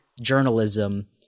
journalism